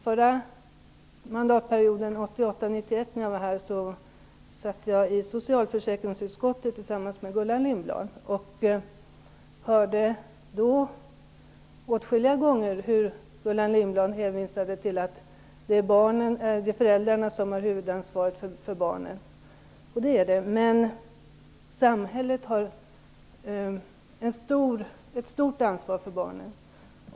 Förra mandatperioden jag var här, 1988-1991, satt jag i socialförsäkringsutskottet tillsammans med Gullan Lindblad och hörde då åtskilliga gånger hur Gullan Lindblad hänvisade till att det är föräldrarna som har huvudansvaret för barnen. Det är det. Men samhället har ett stort ansvar för barnen.